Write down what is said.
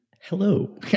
hello